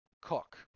cook